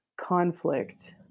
conflict